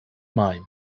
mein